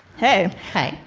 hey, hey.